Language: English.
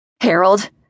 Harold